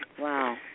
Wow